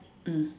mm